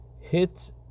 hit